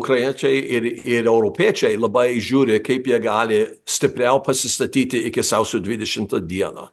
ukrainiečiai ir ir europiečiai labai žiūri kaip jie gali stipriau pasistatyti iki sausio dvidešimtą dieną